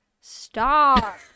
stop